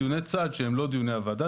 דיוני צד שהם לא דיוני הוועדה,